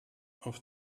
auf